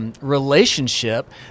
Relationship